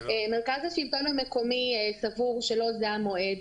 מרכז השלטון המקומי סבור שלא זה המועד